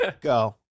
Go